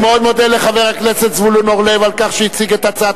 אני מאוד מודה לחבר הכנסת זבולון אורלב על כך שהציג את הצעת